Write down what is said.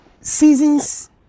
Seasons